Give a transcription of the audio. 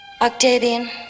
Octavian